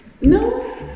no